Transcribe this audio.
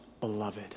beloved